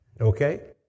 Okay